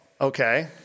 okay